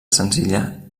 senzilla